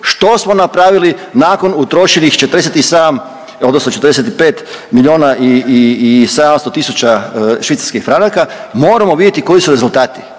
što smo napravili nakon utrošenih 47 odnosno 45 milijuna i 700 tisuća švicarskih franaka moramo vidjeti koji su rezultati.